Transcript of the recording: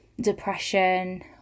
depression